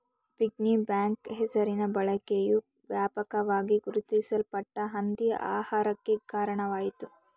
piggy bank ಹೆಸರಿನ ಬಳಕೆಯು ವ್ಯಾಪಕವಾಗಿ ಗುರುತಿಸಲ್ಪಟ್ಟ ಹಂದಿ ಆಕಾರಕ್ಕೆ ಕಾರಣವಾಯಿತು